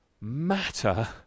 matter